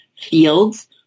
fields